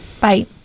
Bye